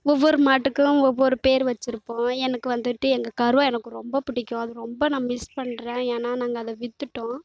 ஒவ்வொரு மாட்டுக்கும் ஒவ்வொரு பேர் வச்சுருப்போம் எனக்கு வந்துட்டு எங்கள் கருவா எனக்கு ரொம்ப பிடிக்கும் அது ரொம்ப நான் மிஸ் பண்ணுறேன் ஏன்னால் நாங்கள் அதை விற்றுட்டோம்